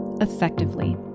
effectively